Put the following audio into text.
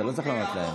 אתה לא צריך לענות להם.